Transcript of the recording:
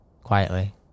quietly